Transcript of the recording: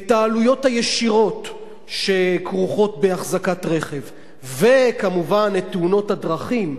את העלויות הישירות שכרוכות בהחזקת רכב ואת תאונת הדרכים,